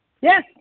Yes